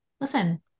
listen